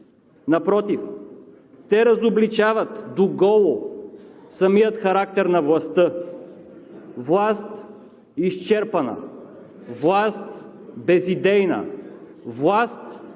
Напротив, те разобличават до голо самия характер на властта, власт – изчерпана, власт – безидейна, власт –